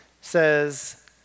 says